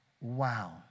wow